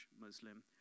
Muslim